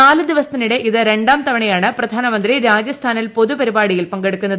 നാലു ദിവസത്തിനിടെ ഇത് രണ്ടാം തവണയാണ് പ്രധാനമന്ത്രി രാജസ്ഥാനിൽ പൊതുപരിപാടിയിൽ പങ്കെടുക്കുന്നത്